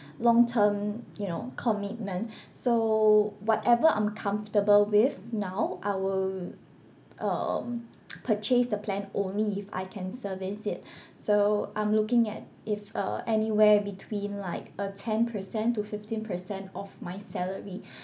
long term you know commitment so whatever I'm comfortable with now I will um purchase the plan only if I can service it so I'm looking at if uh anywhere between like a ten percent to fifteen percent of my salary